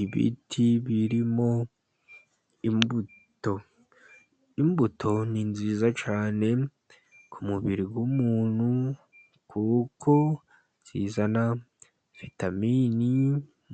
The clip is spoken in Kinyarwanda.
Ibiti birimo imbuto, imbuto ni nziza cyane ku mubiri w'umuntu kuko zizana vitamini